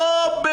שואה.